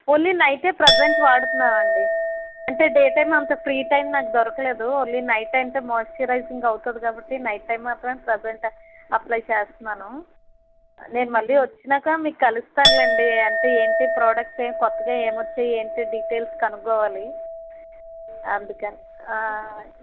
only night present వాడుతున్నాను అండి అంటే డేటైం అంత ఫ్రీ టైం నాకు దొరకలేదు ఓన్లీ నైట్ అంత మాయిశ్చరైజింగ్ అవుతుంది కాబట్టి నైట్ టైం మాత్రం ప్రెసెంట్ అప్లయ్ చేస్తున్నాను నేను మళ్ళీ వచ్చినాక మీకు కలుస్తానులేండి అంటే ఏంటి ప్రోడక్ట్స్ ఏమి కొత్తగా ఏమి వచ్చాయి ఏంటి డీటెయిల్స్ కనుకోవాలి అందుకని